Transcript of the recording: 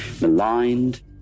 maligned